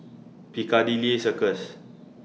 Piccadilly Circus